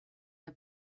der